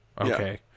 okay